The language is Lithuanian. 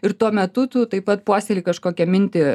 ir tuo metu tu taip pat puoselėji kažkokią mintį